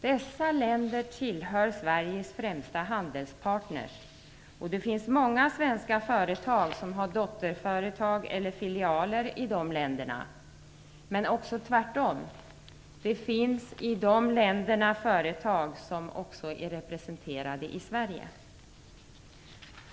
Dessa länder tillhör Sveriges främsta handelspartners. Det finns många svenska företag som har dotterföretag eller filialer i dessa länder. Men det är också tvärtom, i dessa länder finns företag som också är representerade i Sverige.